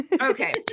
Okay